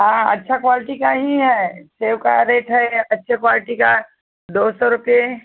हाँ अच्छा क्वालटी का ही है सेब का रेट है अच्छी क्वालटी का दो सौ रुपये